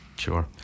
Sure